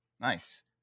Nice